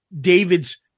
David's